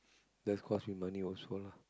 that's cost with money also lah